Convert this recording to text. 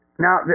Now